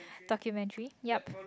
documentary yup